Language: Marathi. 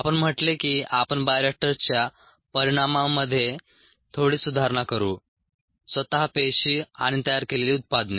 आपण म्हटले की आपण बायोरिएक्टर्सच्या परिणामांमध्ये थोडी सुधारणा करू स्वतः पेशी आणि तयार केलेली उत्पादने